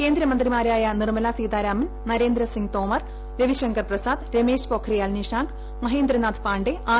കേന്ദ്രമന്ത്രിമാരായ നിർമ്മലാ സീതാരാമൻ നരേന്ദ്രസിംഗ് തോമർ രവിശങ്കർ പ്രസാദ് രമേശ് പൊഖ്റിയാൽ നിഷാങ്ക് മഹേന്ദ്ര നാഥ് പാണ്ഡേ ആർ